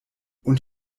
und